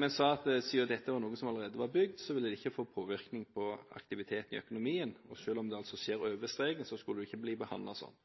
men sa at siden dette var noe som allerede var bygd, ville det ikke påvirke aktiviteten i økonomien. Selv om det skjedde «over streken», skulle det ikke bli behandlet sånn.